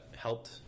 Helped